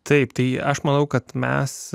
taip tai aš manau kad mes